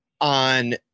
on